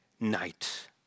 night